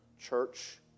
Church